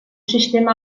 sistema